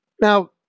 Now